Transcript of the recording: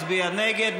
יצביע נגד,